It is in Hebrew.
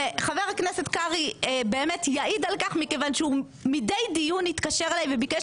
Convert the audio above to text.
חבר הכנסת קרעי יעיד על כך מכיוון שהוא מדי דיון התקשר אלי וביקש